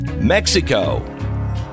Mexico